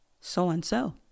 so-and-so